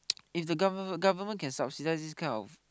if the government government can subsidize this kind of